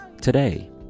Today